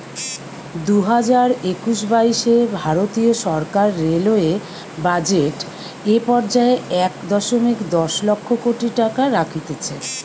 দুইহাজার একুশ বাইশে ভারতীয় সরকার রেলওয়ে বাজেট এ পর্যায়ে এক দশমিক দশ লক্ষ কোটি টাকা রাখতিছে